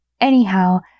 Anyhow